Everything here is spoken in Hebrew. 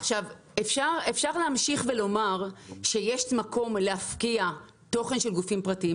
אפשר להמשיך ולומר שיש מקום להפקיע תוכן של גופים פרטיים.